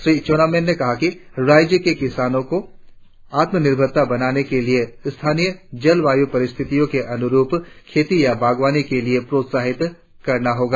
श्री चाऊना मेन नें कहा कि राज्य के किसानों को आत्म निर्भरता बनाने के लिए स्थानीय जलवायु परिस्थितियों के अनुरुप खेती या बागवानी के लिए प्रोत्साहित करना होगा